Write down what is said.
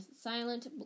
silent